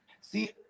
see